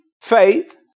faith